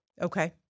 Okay